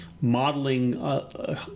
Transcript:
modeling